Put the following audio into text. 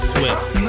Swift